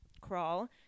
crawl